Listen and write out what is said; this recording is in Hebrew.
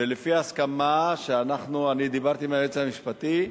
ולפי הסכמה שאנחנו, אני דיברתי עם היועץ המשפטי,